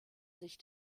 sich